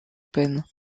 penn